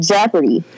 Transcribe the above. Jeopardy